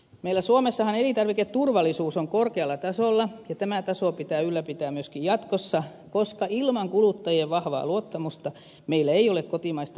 meillä suomessahan elintarviketurvallisuus on korkealla tasolla ja tämä taso pitää ylläpitää myöskin jatkossa koska ilman kuluttajien vahvaa luottamusta meillä ei ole kotimaista maataloustuotantoakaan